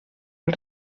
als